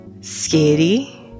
scary